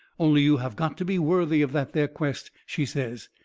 only you have got to be worthy of that there quest, she says.